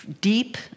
deep